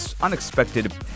unexpected